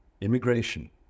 immigration